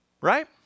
Right